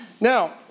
Now